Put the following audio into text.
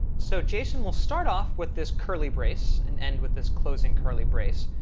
so json will start off with this curly brace and end with this closing curly brace,